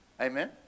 Amen